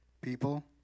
people